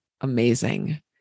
amazing